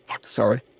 Sorry